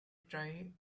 try